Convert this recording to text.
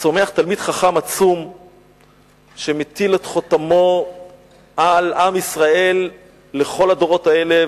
צומח תלמיד חכם עצום שמטיל את חותמו על עם ישראל לכל הדורות האלה,